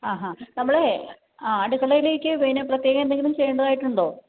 ആ ഹാ നമ്മളേ അടുക്കളയിലേക്ക് പിന്നെ പ്രത്യേകം എന്തെങ്കിലും ചെയ്യേണ്ടതായിട്ടുണ്ടോ